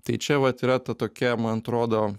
tai čia vat yra ta tokia man atrodo